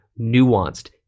nuanced